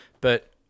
But-